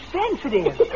sensitive